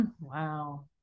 Wow